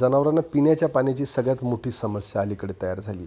जनावरांना पिण्याच्या पाण्याची सगळ्यात मोठी समस्या अलीकडे तयार झाली आहे